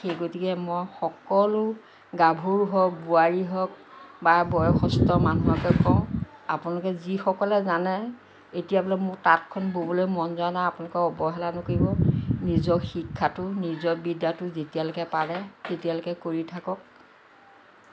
সেই গতিকে মই সকলো গাভৰু হওঁক বোৱাৰী হওঁক বা বয়সস্থ মানুহকে কওঁ আপোনালোকে যিসকলে জানে এতিয়া বোলে মোৰ তাতখন ব'বলৈ মন যোৱা নাই আপোনালোকে অৱহেলা নকৰিব নিজৰ শিক্ষাটো নিজৰ বিদ্যাটো যেতিয়ালৈকে পাৰে তেতিয়ালৈকে কৰি থাকক